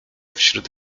wśród